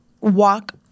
walk